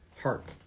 heart